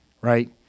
Right